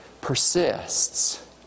persists